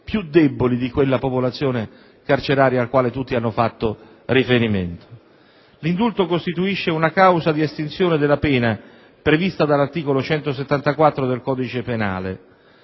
preminente), di quella popolazione carceraria a cui tutti hanno fatto riferimento. L'indulto costituisce una causa di estinzione della pena, secondo quanto previsto dall'articolo 174 del codice penale.